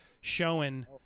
showing